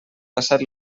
passat